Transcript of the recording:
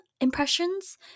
impressions